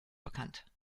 bekannt